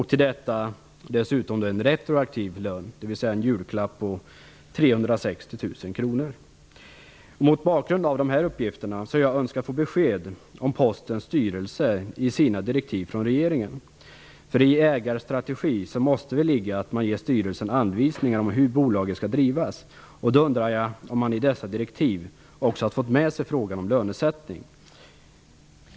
Till detta kommer dessutom en retroaktiv lön, dvs. en julklapp på Mot bakgrund av dessa uppgifter önskar jag få besked om regeringens direktiv till Postens styrelse. I en ägarstrategi måste ligga att man ger styrelsen anvisningar om hur bolaget skall drivas. Jag undrar om man i dessa direktiv också har fått med frågan om lönesättningen.